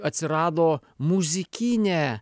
atsirado muzikinė